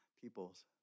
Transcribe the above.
people's